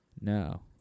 No